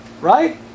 Right